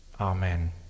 Amen